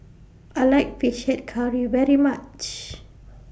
I like Fish Head Curry very much